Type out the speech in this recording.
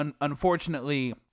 unfortunately